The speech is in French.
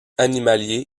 animalier